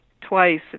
twice